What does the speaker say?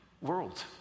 World